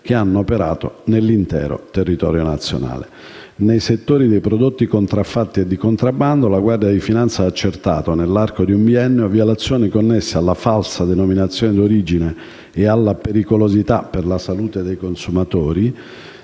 che hanno operato nell'intero territorio nazionale. Nei settori dei prodotti contraffatti e di contrabbando, la Guardia di finanza ha accertato, nell'arco di un biennio, violazioni connesse alla falsa denominazione d'origine e alla pericolosità per la salute dei consumatori,